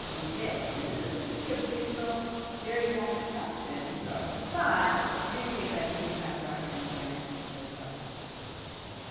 he did. this is this is the original jerry zaks production, yeah but, it's recreated by steve beckler and janet rothermel. okay, cool.